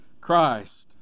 Christ